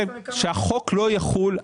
שהחוק לא יחול,